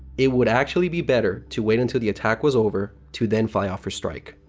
it would actually be better to wait until the attack was over to then fly off for strike.